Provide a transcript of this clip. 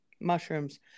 mushrooms